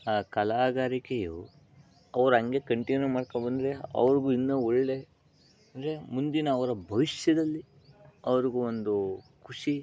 ಆ ಕಲಾಗಾರಿಕೆಯು ಅವ್ರು ಹಂಗೆ ಕಂಟಿನ್ಯೂ ಮಾಡ್ಕೋ ಬಂದರೆ ಅವ್ರಿಗೂ ಇನ್ನೂ ಒಳ್ಳೆಯ ಅಂದರೆ ಮುಂದಿನ ಅವರ ಭವಿಷ್ಯದಲ್ಲಿ ಅವರಿಗೂ ಒಂದು ಖುಷಿ